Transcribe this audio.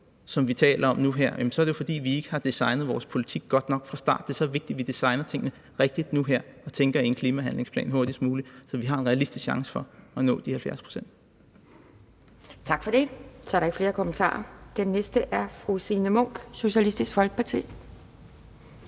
som vi taler om nu her, jamen så er det jo, fordi vi ikke har designet vores politik godt nok fra start. Det er så vigtigt, vi designer tingene rigtigt nu her og tænker i en klimahandlingsplan hurtigst muligt, så vi har en realistisk chance for at nå de 70 pct. Kl. 11:50 Anden næstformand (Pia Kjærsgaard): Tak for det. Der er ikke flere kommentarer. Den næste er fru Signe Munk, Socialistisk Folkeparti.